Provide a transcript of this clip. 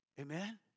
Amen